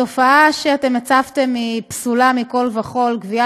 התופעה שאתם הצפתם היא פסולה מכול וכול, גביית